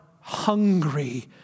hungry